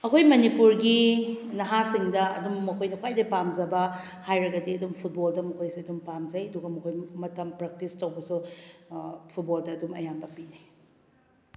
ꯑꯩꯈꯣꯏ ꯃꯅꯤꯄꯨꯔꯒꯤ ꯅꯍꯥꯁꯤꯡꯗ ꯑꯗꯨꯝ ꯃꯈꯣꯏꯗ ꯈ꯭ꯋꯥꯏꯗꯩ ꯄꯥꯝꯖꯕ ꯍꯥꯏꯔꯒꯗꯤ ꯑꯗꯨꯝ ꯐꯨꯠꯕꯣꯜ ꯑꯗꯨꯝ ꯃꯈꯣꯏꯁꯦ ꯑꯗꯨꯝ ꯄꯥꯝꯖꯩ ꯑꯗꯨꯒ ꯃꯈꯣꯏ ꯃꯇꯝ ꯄ꯭ꯔꯥꯛꯇꯤꯁ ꯇꯧꯕꯁꯨ ꯐꯨꯠꯕꯣꯜꯗ ꯑꯗꯨꯝ ꯑꯌꯥꯝꯕ ꯄꯤꯅꯩ